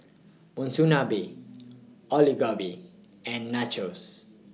Monsunabe Alu Gobi and Nachos